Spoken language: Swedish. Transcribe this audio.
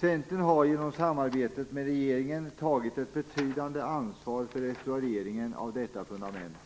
Centern har genom samarbetet med regeringen tagit ett betydande ansvar för restaureringen av detta fundament.